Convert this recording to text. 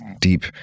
deep